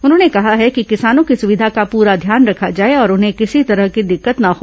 उन्होंने कहा है कि किसानों की सुविधा का पूरा ध्यान रखा जाए और उन्हें किसी तरह की दिक्कत न हो